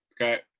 Okay